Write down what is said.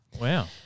Wow